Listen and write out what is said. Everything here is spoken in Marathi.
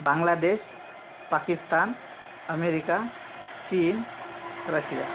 Bangladesh Pakistan America Chin Russia